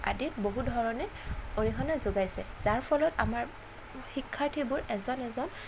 আদিত বহুত ধৰণে অৰিহণা যোগাইছে যাৰ ফলত আমাৰ শিক্ষাৰ্থীবোৰ এজন এজন